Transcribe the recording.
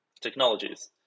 technologies